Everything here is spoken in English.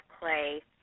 clay